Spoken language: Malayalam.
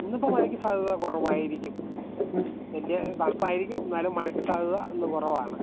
ഇന്നിപ്പോള് മഴയ്ക്കു സാധ്യത കുറവായിരിക്കും വലിയ തണുപ്പായിരിക്കും എന്നാലും മഴയ്ക്കു സാധ്യത ഇന്നു കുറവാണ്